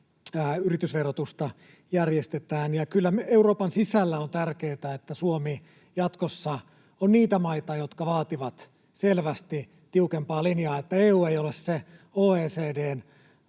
yritysverotusta järjestetään. Kyllä Euroopan sisällä on tärkeätä, että Suomi jatkossa on niitä maita, jotka vaativat selvästi tiukempaa linjaa, että EU ei ole se OECD:n